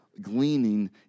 gleaning